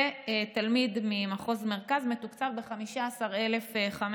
ותלמיד ממחוז מרכז מתוקצב ב-15,538